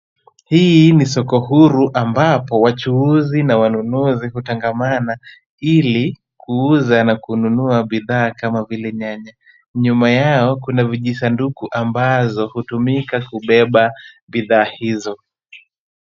Hii ni soko huru ambapo wachuuzi na wanunuzi hutangamana, ili kuuza na kununua bidhaa kama vile nyanya. Nyuma yao kuna vijisanduku ambazo hutumika kubeba bidhaa hizo.